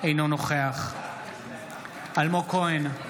אינו נוכח אלמוג כהן,